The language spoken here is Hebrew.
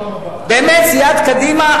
באמת, סיעת קדימה,